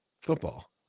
Football